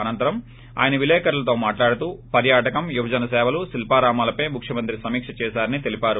అనంతరం ఆయన విలేకర్లతో మాట్లాడుతూ పర్యాటకం యువజన సేవలు శిల్పారామాలపై ముఖ్యమంత్రి సమిక్ష చేశారని తెలీపారు